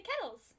Kettles